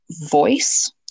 voice